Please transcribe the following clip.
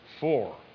Four